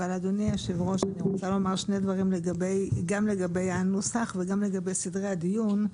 אבל אני רוצה לומר שני דברים גם לגבי הנוסח וגם לגבי סדרי הדיון.